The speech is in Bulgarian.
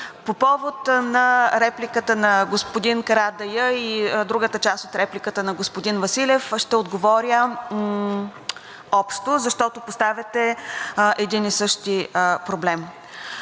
По повод на репликата на господин Карадайъ и другата част от репликата на господин Василев ще отговоря общо, защото поставяте един и същи проблем.